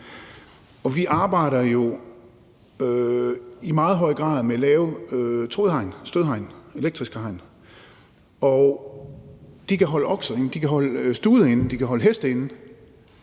Vi arbejder jo i meget høj grad med lave trådhegn, elektriske stødhegn, og de kan holde okser inde, de kan holde stude inde, de kan holde heste inde.